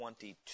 22